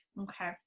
Okay